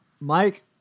Mike